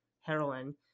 heroin